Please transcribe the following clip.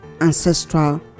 ancestral